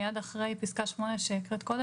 מיד אחרי פסקה (8) שהקראתם,